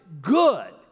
good